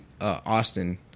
Austin